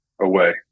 away